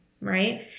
right